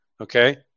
Okay